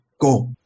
Go